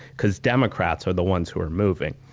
because democrats are the ones who are moving.